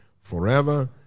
forever